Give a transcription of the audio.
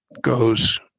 goes